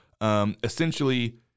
Essentially